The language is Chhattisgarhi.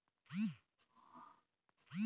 नदिया, नरूवा मन के तीर तखार के गाँव ल तो देखेच होबे